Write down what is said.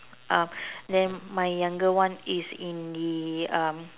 uh then my younger one is one the um